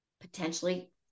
potentially